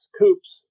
coops